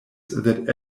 that